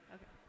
Okay